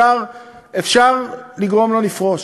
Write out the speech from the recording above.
אפשר לגרום לו לפרוש.